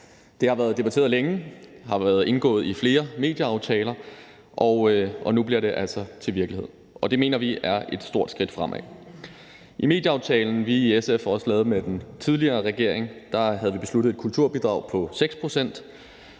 Det har været debatteret længe og har indgået i flere medieaftaler, og nu bliver det altså til virkelighed. Det mener vi er et stort skridt fremad. I medieaftalen, som SF også lavede med den tidligere regering, havde vi besluttet et kulturbidrag på 6